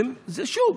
זה שוב,